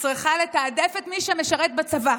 צריכה לתעדף את מי שמשרת בצבא,